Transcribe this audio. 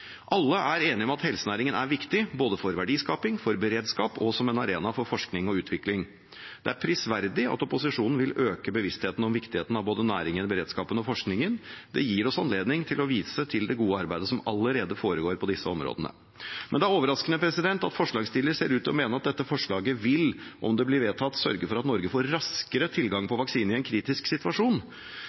Alle er enige om at helsenæringen er viktig, både for verdiskaping, for beredskap og som en arena for forskning og utvikling. Det er prisverdig at opposisjonen vil øke bevisstheten om viktigheten av både næringen, beredskapen og forskningen, det gir oss anledning til å vise til det gode arbeidet som allerede foregår på disse områdene. Men det er overraskende at forslagsstillerne ser ut til å mene at dette forslaget vil – om det blir vedtatt – sørge for at Norge får raskere tilgang på vaksine i en kritisk situasjon.